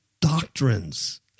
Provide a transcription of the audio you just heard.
doctrines